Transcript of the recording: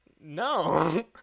no